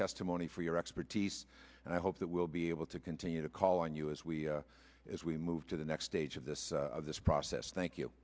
testimony for your expertise and i hope that we'll be able to continue to call on you as we as we move to the next stage of this of this process thank you